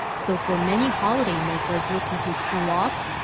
so for many holidaymakers looking to cool off,